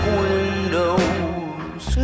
windows